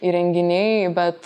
įrenginiai bet